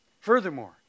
Furthermore